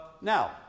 Now